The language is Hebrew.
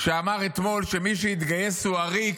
שאמר אתמול שמי שיתגייס הוא עריק,